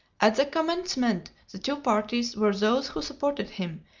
at the commencement, the two parties were those who supported him,